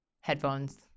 headphones